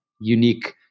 unique